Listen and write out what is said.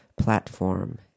platform